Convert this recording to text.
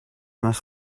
must